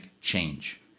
change